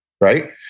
right